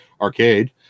arcade